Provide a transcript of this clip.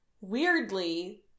weirdly